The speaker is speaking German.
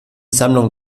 sammlung